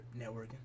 Networking